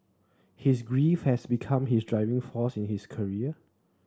his grief has become his driving force in his career